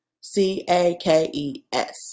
C-A-K-E-S